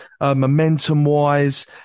momentum-wise